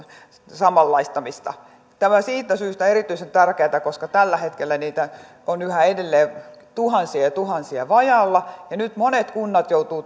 samanlaistamista tämä on siitä syystä erityisen tärkeätä koska tällä hetkellä niitä on yhä edelleen tuhansia ja tuhansia vajaalla nyt monet kunnat joutuvat